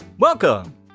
Welcome